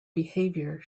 behaviour